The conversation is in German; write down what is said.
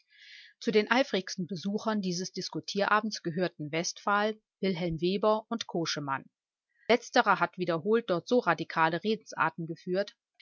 zu den eifrigsten besuchern dieses diskutierabends gehörten westphal wilhelm weber und koschemann letzterer hat wiederholt dort so radikale redensarten geführt